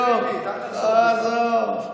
עזוב.